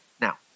Now